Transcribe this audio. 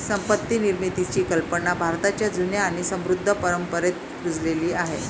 संपत्ती निर्मितीची कल्पना भारताच्या जुन्या आणि समृद्ध परंपरेत रुजलेली आहे